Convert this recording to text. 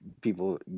people